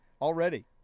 Already